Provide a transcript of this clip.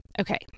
Okay